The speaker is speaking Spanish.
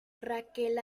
raquel